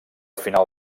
final